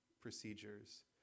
procedures